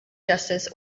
justice